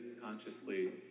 consciously